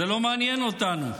זה לא מעניין אותנו.